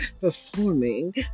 performing